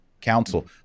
Council